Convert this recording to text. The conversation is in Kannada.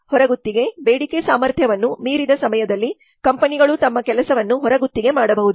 ಹೊರಗುತ್ತಿಗೆ ಬೇಡಿಕೆ ಸಾಮರ್ಥ್ಯವನ್ನು ಮೀರಿದ ಸಮಯದಲ್ಲಿ ಕಂಪನಿಗಳು ತಮ್ಮ ಕೆಲಸವನ್ನು ಹೊರಗುತ್ತಿಗೆ ಮಾಡಬಹುದು